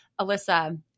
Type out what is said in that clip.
Alyssa